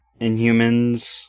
Inhumans